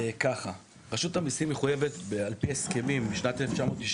ככה, רשות המסיים מחויבת על פי הסכמים משנת 1994,